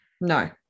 No